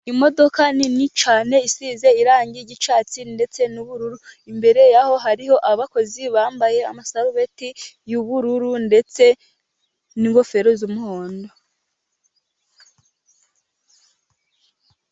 Imodoka nini cyane, isize irangi ry'cyatsi, ndetse n'ubururu, imbere yaho hariho abakozi bambaye amasarubeti y'ubururu, ndetse n'ingofero z'umuhondo.